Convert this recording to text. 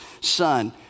son